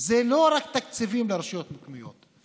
זה לא רק תקציבים לרשויות המקומיות.